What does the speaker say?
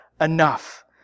enough